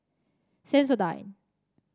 sensodyne